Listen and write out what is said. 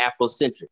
Afrocentric